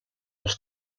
als